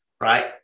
right